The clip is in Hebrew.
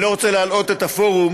אני לא רוצה להלאות את הפורום,